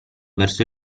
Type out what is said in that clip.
verso